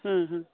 ᱦᱩᱸ ᱦᱩᱸ